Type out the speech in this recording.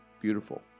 beautiful